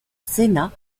sénat